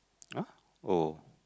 ah oh